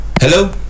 Hello